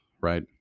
right